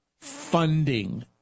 funding